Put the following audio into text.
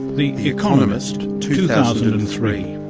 the economist, two thousand and three.